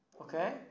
Okay